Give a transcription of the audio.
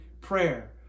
prayer